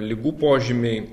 ligų požymiai